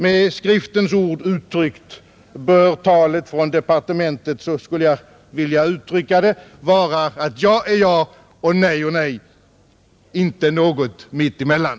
Med Skriftens ord uttryckt bör talet från departementet vara att ja är ja och nej är nej, inte något mitt emellan.